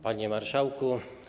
Panie Marszałku!